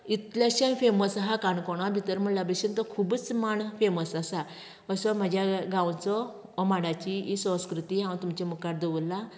इतलेंशें famous आहा काणकोणा भितर म्हणल्या भाशीन तो खूबूच मांड फेमस आसा असो म्हज्या गांवचो मांडाची ही संस्कृती हांव तुमच्या मुखार दवरलां